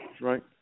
Right